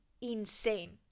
Insane